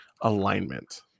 alignment